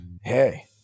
Hey